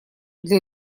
для